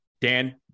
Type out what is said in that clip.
dan